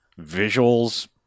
visuals